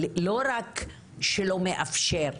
לא רק שלא מאפשר,